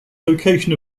location